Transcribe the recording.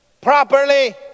properly